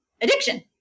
Addiction